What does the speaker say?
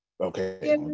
Okay